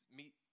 meet